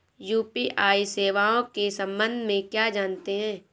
UPI सेवाओं के संबंध में क्या जानते हैं?